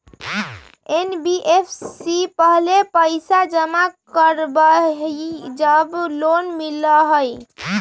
NBFC पहले पईसा जमा करवहई जब लोन मिलहई?